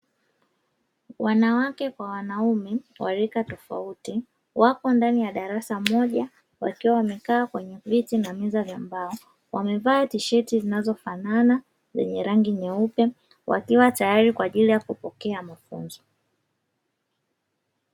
Wanawake kwa wanaume wa rika tofauti, wapo ndani ya darasa moja, wakiwa wamekaa kwenye viti na meza za mbao, wamevaa tisheti zinazofanana za rangi nyeupe, wakiwa tayari kwa ajili ya kupokea mafunzo.